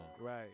right